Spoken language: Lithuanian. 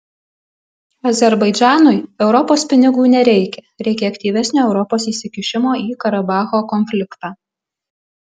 azerbaidžanui europos pinigų nereikia reikia aktyvesnio europos įsikišimo į karabacho konfliktą